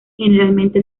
generalmente